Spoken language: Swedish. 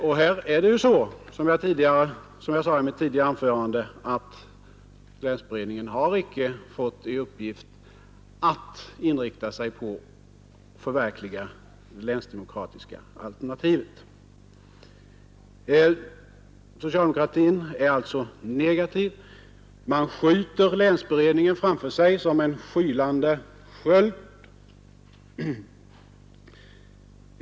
Och som jag sade i mitt tidigare anförande har länsberedningen inte fått i uppgift att inrikta sig på att förverkliga det länsdemokratiska alternativet. Socialdemokraterna är negativa i detta fall och skjuter länsberedningen framför sig som en skyddande sköld.